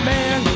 Man